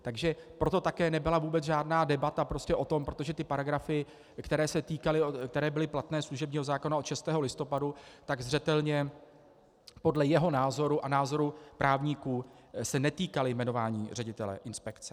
Takže proto také nebyla vůbec žádná debata prostě o tom, protože ty paragrafy, které se týkaly, které byly platné, služebního zákona od 6. listopadu, tak zřetelně podle jeho názoru a názoru právníků se netýkaly jmenování ředitele inspekce.